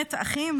מלחמת אחים,